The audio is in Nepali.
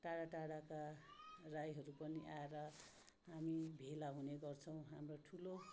टाढा टाढाका राईहरू पनि आएर हामी भेला हुने गर्छौँ हाम्रो ठुलो